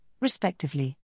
respectively